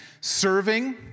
Serving